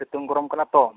ᱥᱤᱛᱩᱝ ᱜᱚᱨᱚᱢ ᱠᱟᱱᱟ ᱛᱚ